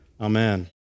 Amen